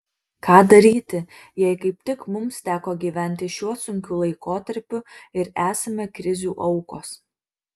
ką daryti jei kaip tik mums teko gyventi šiuo sunkiu laikotarpiu ir esame krizių aukos